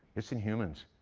it's in humans.